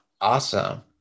Awesome